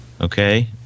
Okay